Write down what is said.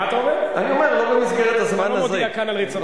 אתה לא מודיע כאן על ריצתך.